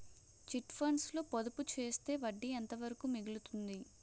Chit funds లో పొదుపు చేస్తే వడ్డీ ఎంత వరకు మిగులుతుంది?